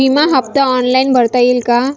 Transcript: विमा हफ्ता ऑनलाईन भरता येईल का?